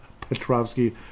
Petrovsky